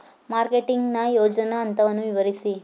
Marketing ನ ಯೋಜನಾ ಹಂತವನ್ನು ವಿವರಿಸಿ?